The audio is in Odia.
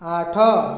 ଆଠ